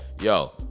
yo